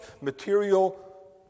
material